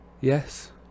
Yes